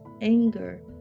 anger